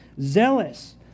zealous